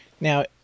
Now